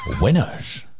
Winners